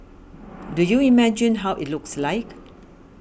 do you imagine how it looks like